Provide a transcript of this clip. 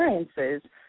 experiences